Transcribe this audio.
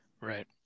Right